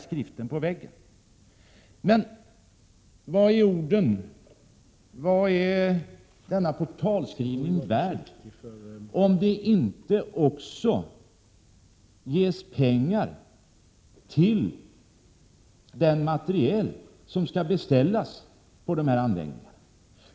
Men vad är orden, vad är denna portalskrivning värd om det inte också ges pengar till den materiel som skall beställas på dessa anläggningar?